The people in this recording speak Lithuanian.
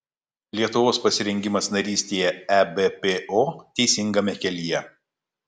lietuvos pasirengimas narystei ebpo teisingame kelyje